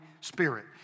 Spirit